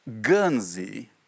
Guernsey